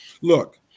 Look